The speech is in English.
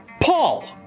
Paul